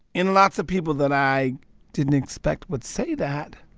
and lots of people that i didn't expect would say that.